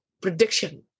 prediction